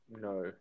No